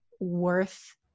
worth